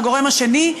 והגורם השני,